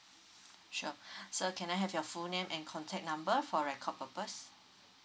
sure sir can I have your full name and contact number for record purpose